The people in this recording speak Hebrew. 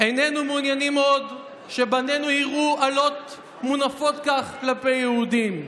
איננו מעוניינים עוד שבנינו יראו אלות מונפות כך כלפי יהודים.